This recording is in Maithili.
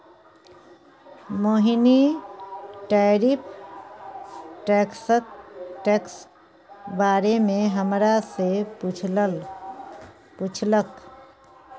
मोहिनी टैरिफ टैक्सक बारे मे हमरा सँ पुछलक